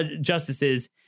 justices